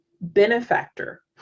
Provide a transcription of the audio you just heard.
benefactor